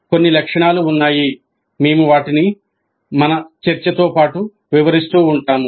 కొన్ని లక్షణాలు ఉన్నాయి మేము వాటిని మన చర్చతో పాటు వివరిస్తూ ఉంటాము